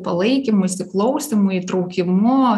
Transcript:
palaikymu įsiklausymu įtraukimu